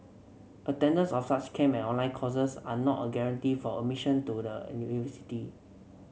attendance of such camp and online courses are not a guarantee for admission to the university